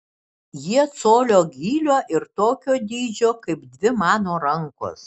jie colio gylio ir tokio dydžio kaip dvi mano rankos